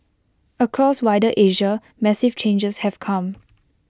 across wider Asia massive changes have come